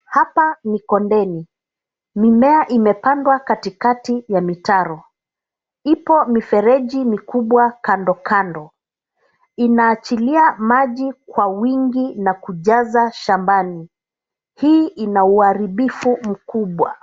Hapa ni kondeni. Mimea imepandwa katikati ya mitaro. Ipo mifereji mikubwa kando kando. Inaachilia maji kwa wingi na kujaza shambani. Hii inauharibifu mkubwa.